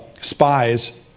spies